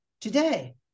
today